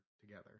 together